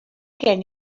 gen